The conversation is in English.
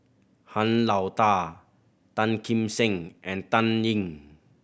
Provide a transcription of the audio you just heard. Han Lao Da Tan Kim Seng and Dan Ying